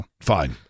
Fine